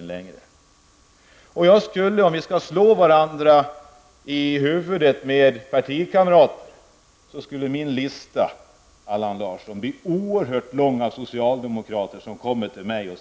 Om Allan Larsson och jag skulle slå varandra i huvudet med partikamrater, skulle min lista bli väldigt lång på socialdemokrater som kommer till mig och